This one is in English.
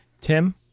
Tim